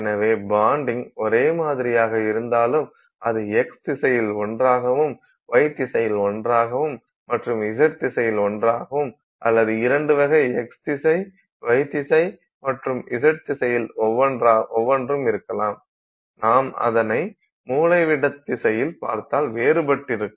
எனவே பான்டிங் ஒரே மாதிரியாக இருந்தாலும் அது x திசையில் ஒன்றாகவும் y திசையில் ஒன்றாகவும் மற்றும் z திசையில் ஒன்றாகவும் அல்லது இரண்டு வகை x திசை y திசை மற்றும் z திசையில் ஒவ்வொன்றும் இருக்கலாம் நாம் அதனை மூலைவிட்டத்திசையில் பார்த்தால் வேறுபட்டிருக்கும்